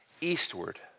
eastward